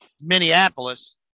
Minneapolis